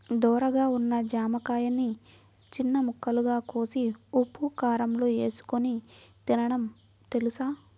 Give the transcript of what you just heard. ధోరగా ఉన్న జామకాయని చిన్న ముక్కలుగా కోసి ఉప్పుకారంలో ఏసుకొని తినడం తెలుసా?